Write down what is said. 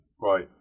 Right